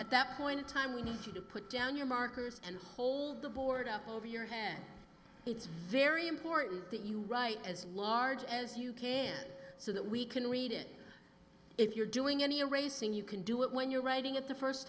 at that point in time we need you to put down your markers and the board up over your head it's very important that you write as large as you so that we can read it if you're doing any a racing you can do it when you're writing at the first